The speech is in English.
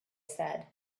said